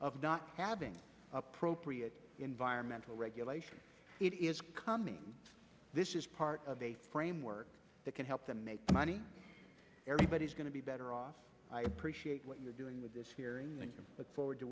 of not having appropriate environmental regulations it is coming this is part of a framework that can help them make money everybody's going to be better off i appreciate what you're doing with this hearing look forward to